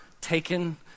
taken